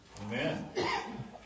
Amen